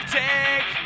take